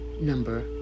number